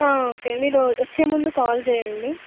okay మీరు వచ్చేముందు call చేయండి